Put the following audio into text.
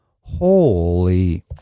holy